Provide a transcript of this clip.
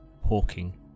Hawking